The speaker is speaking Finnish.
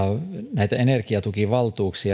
nämä energiatukivaltuudet